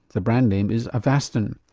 the brand name is avastin.